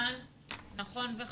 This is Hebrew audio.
נכון וחשוב.